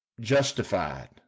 justified